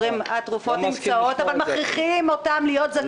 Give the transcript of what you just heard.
לא מוכן לזה.